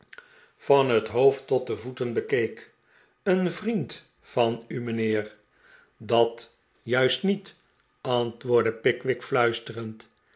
van het hoofd tot de voeten bekeek een vriend van u mijnheer dat juist niet antwoordde pickwick fluisterend